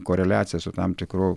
koreliacija su tam tikru